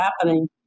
happening